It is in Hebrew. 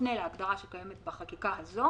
שמפנה לחקיקה הזאת